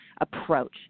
approach